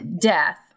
death